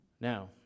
Now